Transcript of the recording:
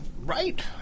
right